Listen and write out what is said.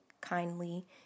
kindly